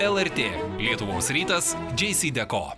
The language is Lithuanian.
lrt lietuvos rytas džeisydeko